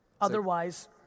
Otherwise